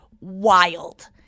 wild